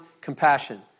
compassion